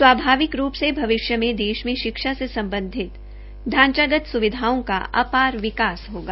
स्वाभाविक रूप से भविष्य में देश में शिक्षा से सम्बन्धित ढांचागत सुविधाओं का अपार विकास होगा